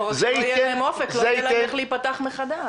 לא רק שלא יהיה להם אופק לא יהיה להם איך להיפתח מחדש.